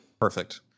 Perfect